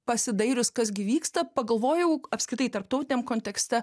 pasidairius kas gi vyksta pagalvojau apskritai tarptautiniam kontekste